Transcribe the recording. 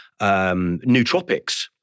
nootropics